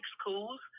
schools